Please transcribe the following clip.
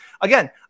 again